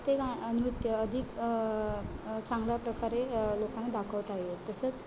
ते गा नृत्य अधिक चांगल्या प्रकारे लोकांना दाखवता येईल तसंच